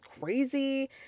crazy